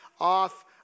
off